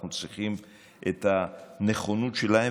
אנחנו צריכים את הנכונות שלהם,